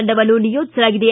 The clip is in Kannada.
ತಂಡವನ್ನು ನಿಯೋಜಿಸಲಾಗಿದೆ